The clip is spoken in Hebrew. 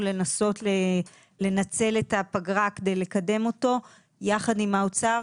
לנסות לנצל את הפגרה כדי לקדם אותו יחד עם האוצר,